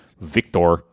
Victor